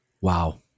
Wow